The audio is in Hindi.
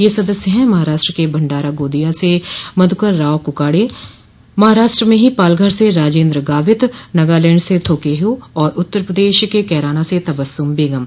ये सदस्य हैं महाराष्ट्र के भंडारा गोंदिया से मधुकर राव कुकाड़े महाराष्ट्र में ही पालघर से राजेन्द्र गावित नगालैंड से थोकेहो और उत्तर प्रदेश के कैराना से तबस्सुम बेगम